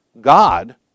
God